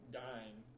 dying